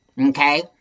okay